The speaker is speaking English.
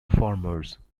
farmers